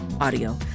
Audio